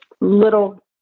little